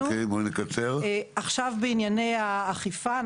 בענייני האכיפה,